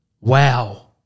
wow